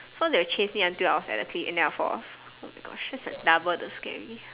so they will chase me until I was at the cliff and then I fall off oh my gosh that's like double the scary